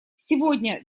сегодня